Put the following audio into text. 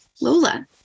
Lola